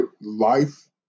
life